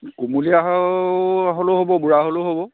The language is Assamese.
কোমলীয়া হ'লেও হ'ব বুঢ়া হ'লেও হ'ব